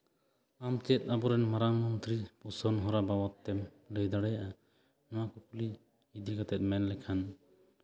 ᱟᱢ ᱪᱮᱫ ᱟᱵᱚᱨᱮᱱ ᱢᱟᱨᱟᱝ ᱢᱚᱱᱛᱨᱤ ᱠᱳᱥᱚᱞ ᱦᱚᱨᱟ ᱵᱟᱵᱚᱫ ᱛᱮ ᱞᱟᱹᱭ ᱫᱟᱲᱮᱭᱟᱜᱼᱟ ᱱᱚᱣᱟ ᱠᱩᱠᱞᱤ ᱤᱫᱤ ᱠᱟᱛᱮᱫ ᱢᱮᱱ ᱞᱮᱠᱷᱟᱱ